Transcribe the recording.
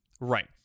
Right